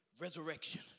Resurrection